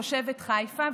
תושבת חיפה,